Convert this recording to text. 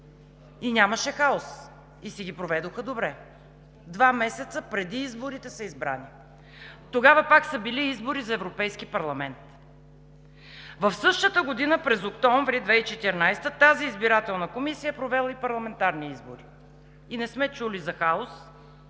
и нямаше хаос, и си ги проведоха добре. Избрани са два месеца преди изборите. Тогава пак са били избори за Европейски парламент. В същата година, през месец октомври 2014 г., тази Избирателна комисия е провела и парламентарни избори и не сме чули за хаос.